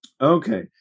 Okay